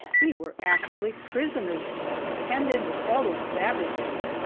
we were actually prisoners penned in with all those savages,